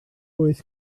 wyth